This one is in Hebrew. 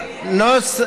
מתחייב,